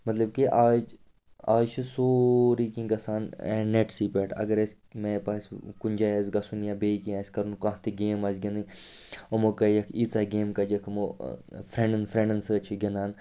مطلب کہِ آج اَز چھُ سورُے کیٚنٛہہ گژھان نیٚٹسٕے پٮ۪ٹھ اگر اَسہِ میپ آسہِ کُنہِ جایہِ آسہِ گژھُن یا بیٚیہِ کیٚنٛہہ آسہِ کَرُن کانٛہہ تہِ گیم آسہِ گِنٛدٕنۍ یِمو کَجَکھ ییٖژاہ گیم کَجَکھ یِمو فرٛیٚنٛڈَن فرٛیٚنٛڈَن سۭتۍ چھِ گِنٛدان